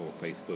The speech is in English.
Facebook